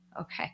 okay